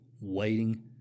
waiting